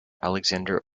alexander